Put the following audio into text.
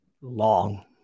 long